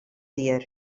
dear